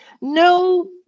no